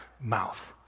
mouth